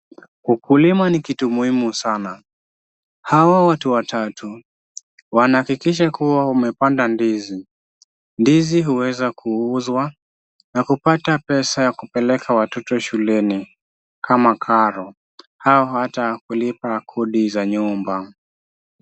Ukulima ni kitu muhimu sana. Hawa watu watatu wanahakikisha kuwa wamepanda ndizi. Ndizi huweza kuuzwa na kupata pesa ya kupeleka watoto shuleni kama karo au hata kulipa kodi za nyumba.